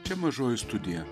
čia mažoji studija